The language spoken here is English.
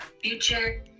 future